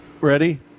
Ready